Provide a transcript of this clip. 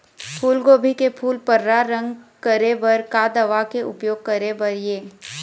फूलगोभी के फूल पर्रा रंग करे बर का दवा के उपयोग करे बर ये?